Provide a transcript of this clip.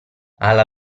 alla